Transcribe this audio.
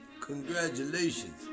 Congratulations